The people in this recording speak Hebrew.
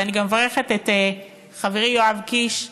אני אגיד שאני כן מברכת את ועדת השרים.